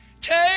Take